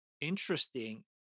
interesting